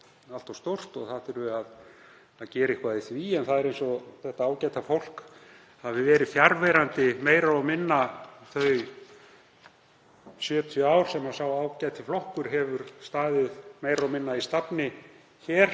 allt of stórt og það þurfi að gera eitthvað í því. En það er eins og þetta ágæta fólk hafi verið fjarverandi að mestu þau 70 ár sem sá ágæti flokkur hefur staðið meira og minna í stafni hér